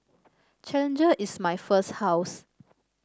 Challenger is my first house